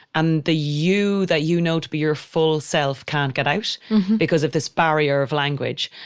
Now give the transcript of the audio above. and the you that you know, to be your full self can't get out because of this barrier of language.